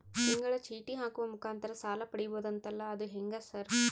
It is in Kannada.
ತಿಂಗಳ ಚೇಟಿ ಹಾಕುವ ಮುಖಾಂತರ ಸಾಲ ಪಡಿಬಹುದಂತಲ ಅದು ಹೆಂಗ ಸರ್?